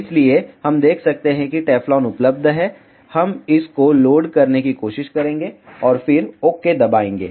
इसलिए हम देख सकते हैं कि टेफ्लॉन उपलब्ध है हम इस को लोड करने की कोशिश करेंगे और फिर ओके दबाएंगे